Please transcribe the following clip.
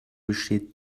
besteht